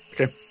Okay